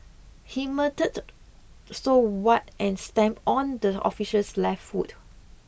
he muttered so what and stamped on the officer's left foot